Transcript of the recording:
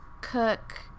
cook